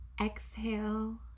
Exhale